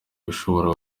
igishobora